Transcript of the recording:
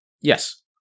Yes